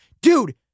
Dude